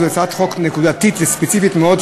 זוהי הצעת חוק נקודתית וספציפית מאוד,